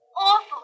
Awful